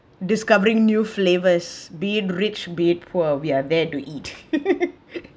discovering new flavours be enrich be it poor we are there to eat